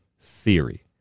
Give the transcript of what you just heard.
theory